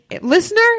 Listener